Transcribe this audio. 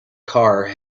car